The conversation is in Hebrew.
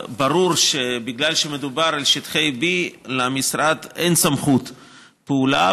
ברור שבגלל שמדובר בשטחי B למשרד אין סמכות פעולה,